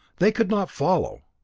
they could not follow.